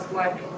work